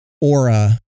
aura